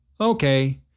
Okay